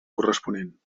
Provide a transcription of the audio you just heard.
corresponent